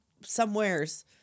somewheres